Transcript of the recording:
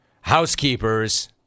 housekeepers